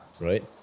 right